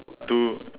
two